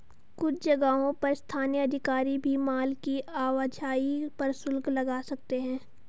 कुछ जगहों पर स्थानीय अधिकारी भी माल की आवाजाही पर शुल्क लगा सकते हैं